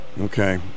Okay